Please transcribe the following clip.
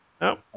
no